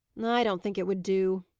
i don't think it would do,